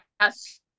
yes